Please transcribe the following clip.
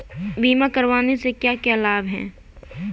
बीमा करवाने के क्या क्या लाभ हैं?